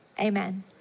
Amen